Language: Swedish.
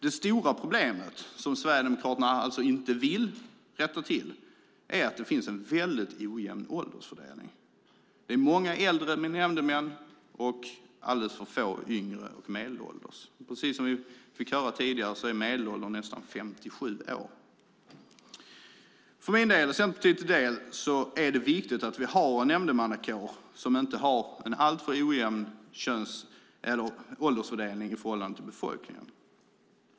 Det stora problemet, som Sverigedemokraterna alltså inte vill rätta till, är att det finns en väldigt ojämn åldersfördelning. Det är många äldre nämndemän och alldeles för få yngre och medelålders nämndemän. Som vi fick höra tidigare är medelåldern nästan 57 år. Jag och Centerpartiet tycker att det är viktigt att vi har en nämndemannakår som inte har en alltför ojämn åldersfördelning i förhållande till befolkningen.